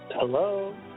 Hello